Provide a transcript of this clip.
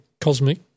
cosmic